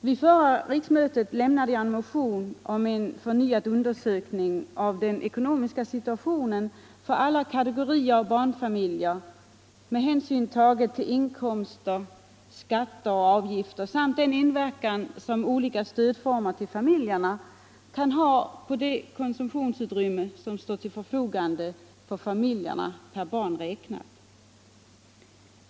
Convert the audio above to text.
Vid förra riksmötet lämnade jag en motion om en förnyad undersökning av den ekonomiska situationen för alla kategorier av barnfamiljer med hänsyn tagen till inkomster, skatter och avgifter samt till den inverkan som olika stödformer till familjerna kan ha på det konsumtionsutrymme som står till förfogande för familjerna per barn räknat.